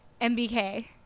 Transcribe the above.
mbk